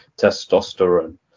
testosterone